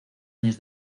años